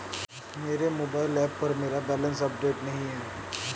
मेरे mobile app पर मेरा बैलेंस अपडेट नहीं है